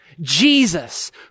Jesus